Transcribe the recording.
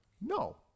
No